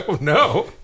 no